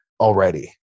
already